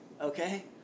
okay